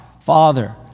Father